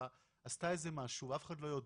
חברת גבייה או תסרב לחדשו או תפסול חברת גבייה או עובד